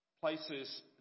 places